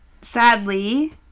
sadly